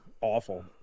awful